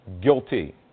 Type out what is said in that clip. guilty